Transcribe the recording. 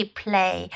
play